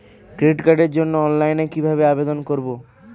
Credit কার্ডের জন্য অনলাইনে কিভাবে আবেদন করব?